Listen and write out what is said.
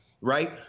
right